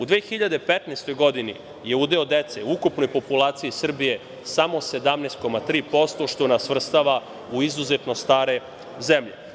U 2015. godini je udeo dece u ukupnoj populaciji Srbije samo 17,3%, što nas svrstava u izuzetno stare zemlje.